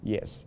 Yes